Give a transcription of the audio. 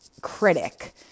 critic